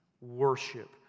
Worship